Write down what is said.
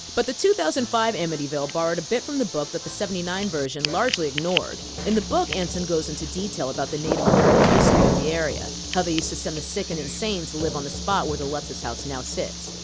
but the two thousand and five amityville borrowed a bit from the book that the seventy nine version largely ignored. in the book, anson goes into detail about the native american history of the area. how they used to send the sick and insane to live on the spot where the lutz' house now sits.